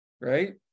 right